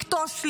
לכתוש,